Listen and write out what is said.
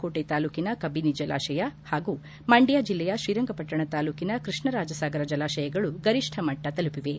ಕೋಟೆ ತಾಲ್ಲೂಕಿನ ಕಬಿನಿ ಜಲಾಶಯ ಹಾಗೂ ಮಂಡ್ಯ ಜಿಲ್ಲೆಯ ಶ್ರೀರಂಗಪಟ್ಟಣ ತಾಲ್ಲೂಕಿನ ಕೃಷ್ಣರಾಜಸಾಗರ ಜಲಾಶಯಗಳು ಗರಿಷ್ಠಮಟ್ಟ ತಲುಪಿವೆ